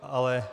Ale...